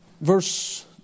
Verse